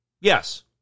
Yes